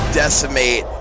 decimate